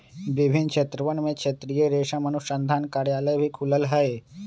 विभिन्न क्षेत्रवन में क्षेत्रीय रेशम अनुसंधान कार्यालय भी खुल्ल हई